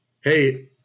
Hey